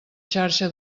xarxa